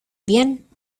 bien